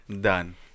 Done